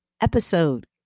episode